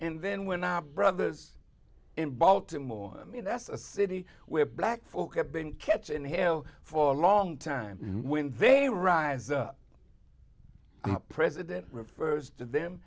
and then when our brothers in baltimore i mean that's a city where black folk have been catchin hill for a long time and when they rise up the president refers to them